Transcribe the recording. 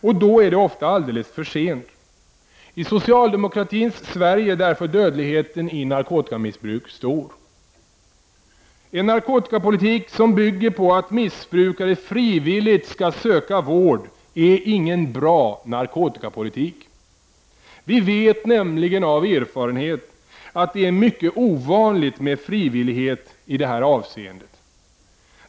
Men då är det ofta alldeles för sent. I socialdemokratins Sverige är därför dödligheten till följd av narkotikamissbruk stor. En narkotikapolitik som bygger på att missbrukare frivilligt skall söka vård är inte en bra narkotikapolitik. Vi vet av erfarenhet att det är mycket ovanligt med frivillighet i detta avseende.